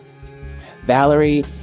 Valerie